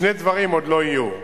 שני דברים עוד לא יהיו.